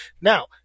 Now